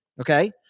okay